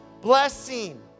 blessing